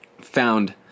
found